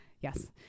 Yes